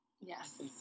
yes